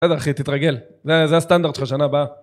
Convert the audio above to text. בסדר אחי, תתרגל. זה הסטנדרט שלך בשנה הבאה.